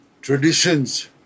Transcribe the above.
traditions